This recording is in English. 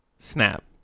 Snap